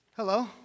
Hello